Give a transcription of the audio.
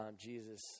Jesus